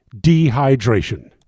dehydration